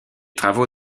travaux